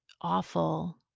awful